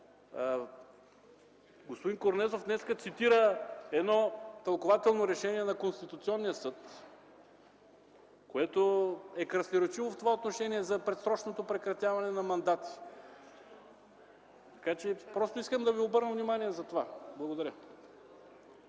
Господин Корнезов днес цитира едно тълкувателно решение на Конституционния съд, което е красноречиво в това отношение, за предсрочното прекратяване на мандати. Искам да ви обърна внимание за това. Благодаря.